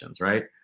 right